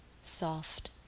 Soft